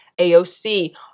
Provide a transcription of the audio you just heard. AOC